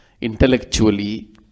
intellectually